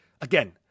again –